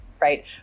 right